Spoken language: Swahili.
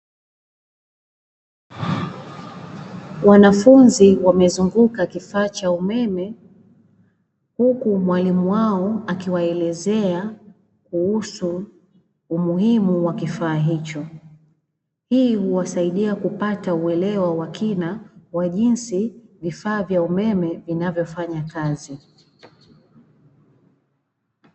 Wanafunzi wamezunguka kifaa cha umeme huku mwalimu wao akiwaelezea kuhusu umuhimu wa kifaa hicho, hii huwasaidia kupata uelewa wa kina kwa jinsi vifaa vya umeme vinavyofanya kazi.